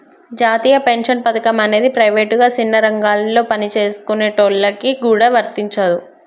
జాతీయ పెన్షన్ పథకం అనేది ప్రైవేటుగా సిన్న రంగాలలో పనిచేసుకునేటోళ్ళకి గూడా వర్తించదు